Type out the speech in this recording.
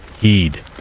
heed